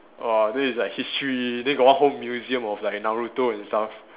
!wah! this is like history then got one whole museum of like Naruto and stuffs